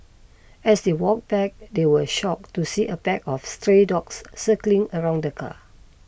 as they walked back they were shocked to see a pack of stray dogs circling around the car